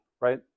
right